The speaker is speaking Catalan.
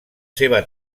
seva